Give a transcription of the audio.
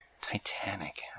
Titanic